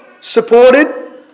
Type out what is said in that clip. supported